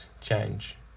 change